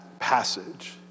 passage